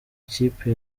ikipe